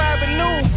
Avenue